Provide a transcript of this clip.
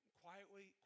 quietly